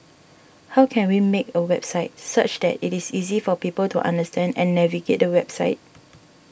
how can we make a website such that it is easy for people to understand and navigate the website